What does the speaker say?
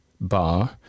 bar